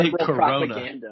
Corona